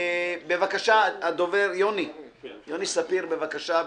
יוני ספיר, בבקשה.